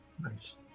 Nice